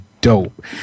Dope